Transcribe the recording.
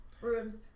rooms